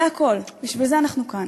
זה הכול, בשביל זה אנחנו כאן.